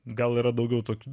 gal yra daugiau tokių